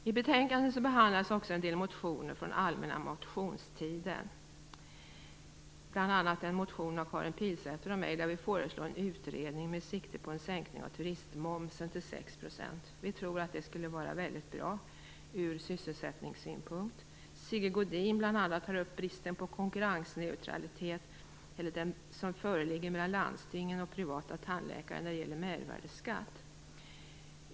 I betänkandet behandlas också en del motionen från allmänna motionstider, bl.a. en motion av Karin Pilsäter och mig själv. Där föreslår vi en utredning med sikte på en sänkning av turistmomsen till 6 %. Vi tror att det skulle vara väldigt bra ur sysselsättningssynpunkt. Sigge Godin tar bl.a. upp den brist på konkurrensneutralitet som föreligger mellan landstingen och privata tandläkare när det gäller mervärdesskatt.